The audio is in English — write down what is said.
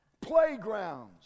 Playgrounds